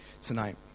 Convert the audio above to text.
tonight